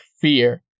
fear